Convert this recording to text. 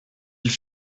ils